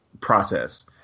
Process